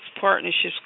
partnerships